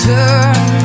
Turn